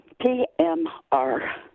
P-M-R